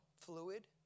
fluid